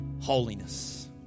holiness